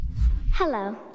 Hello